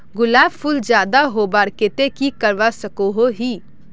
गुलाब फूल ज्यादा होबार केते की करवा सकोहो ही?